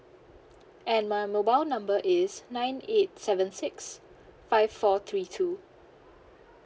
and my mobile number is nine eight seven six five four three two